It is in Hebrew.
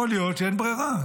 יכול להיות שאין ברירה.